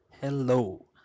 Hello